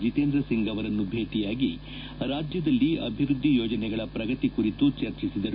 ಜಿತೇಂದ್ರ ಸಿಂಗ್ ಅವರನ್ನು ಭೇಟಿಯಾಗಿ ರಾಜ್ಯದಲ್ಲಿ ಅಭಿವೃದ್ದಿ ಯೋಜನೆಗಳ ಪ್ರಗತಿ ಕುರಿತು ಚರ್ಚಿಸಿದರು